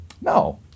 No